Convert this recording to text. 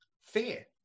fear